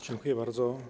Dziękuję bardzo.